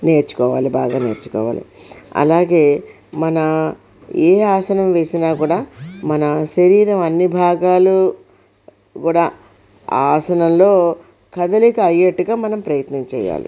నేర్చుకోవాలి బాగా నేర్చుకోవాలి అలాగే మన ఏ ఆసనం వేసినా కూడా మన శరీరం అన్ని భాగాలు కూడా ఆసనంలో కదలిక అయ్యేట్టుగా మనం ప్రయత్నం చేయాలి